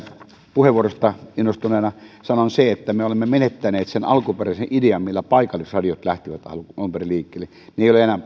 puheenvuorosta innostuneena sanon vielä sen että me olemme menettäneet sen alkuperäisen idean millä paikallisradiot lähtivät alun perin liikkeelle ne eivät ole enää